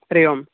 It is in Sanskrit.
हरि ओम्